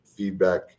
Feedback